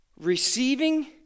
Receiving